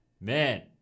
man